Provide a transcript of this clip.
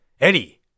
Eddie